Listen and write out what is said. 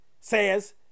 says